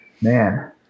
man